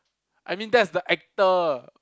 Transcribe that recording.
I mean that's the actor